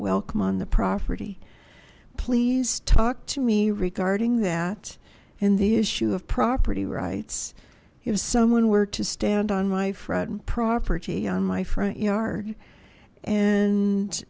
welcome on the property please talk to me regarding that and the issue of property rights if someone were to stand on my front property on my front yard and